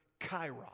kairos